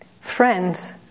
friends